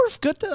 good